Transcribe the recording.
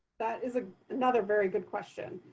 that is ah another very good question.